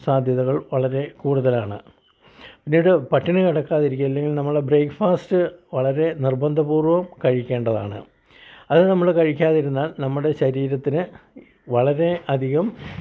സാധ്യതകൾ വളരേ കൂടുതലാണ് പിന്നീട് പട്ടിണി കിടക്കാതിരിക്കുക ഇല്ലെങ്കിൽ നമ്മൾടെ ബ്രേക്ക് ഫാസ്റ്റ് വളരെ നിർബന്ധപൂർവ്വം കഴിക്കേണ്ടതാണ് അത് നമ്മൾ കഴിക്കാതിരുന്നാൽ നമ്മുടെ ശരീരത്തിന് വളരെ അധികം